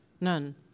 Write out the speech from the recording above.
None